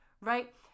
right